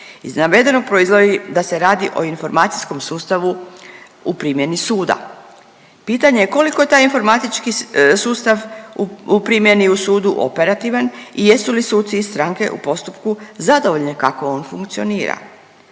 Iz navedenog proizlazi da se radi o informacijskom sustavu u primjeni suda. Pitanje je koliko taj informatički sustav u primjeni u sudu operativan i jesu li suci i stranke u postupku zadovoljne kako on funkcionira.